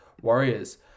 Warriors